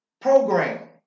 program